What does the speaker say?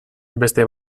beste